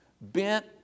bent